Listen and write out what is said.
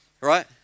Right